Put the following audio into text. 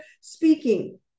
speaking